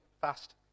fast